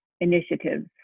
initiatives